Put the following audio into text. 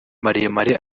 maremare